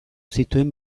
zituen